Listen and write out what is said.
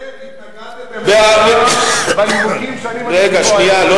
שאתם התנגדתם לכולם בנימוקים שאני מניתי פה הערב.